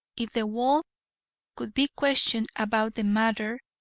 if the wolf could be questioned about the matter,